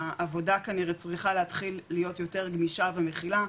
העובדה כנראה צריכה להתחיל להיות יותר גמישה ומכילה,